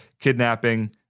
kidnapping